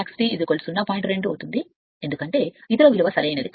2 అవుతుంది ఎందుకంటే ఇతర విలువ సరైనది కాదు